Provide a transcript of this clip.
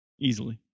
easily